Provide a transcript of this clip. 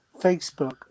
Facebook